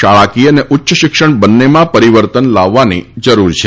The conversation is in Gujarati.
શાળાકીય અને ઉચ્ય શિક્ષણ બંનેમાં પરિવર્તન લાવવાની જરૂર છે